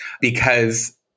because-